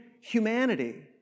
humanity